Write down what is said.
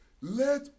let